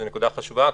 וזו נקודה חשובה,